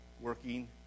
working